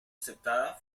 aceptada